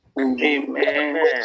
Amen